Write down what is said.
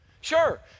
Sure